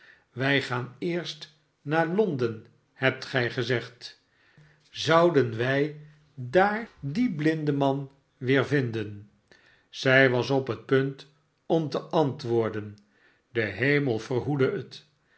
wij gaan eerst naar londen hebt gij gezegd zouden wij daar dien blindeman weervinden zij was op het punt om te antwoorden de hemel verhoede het